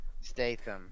Statham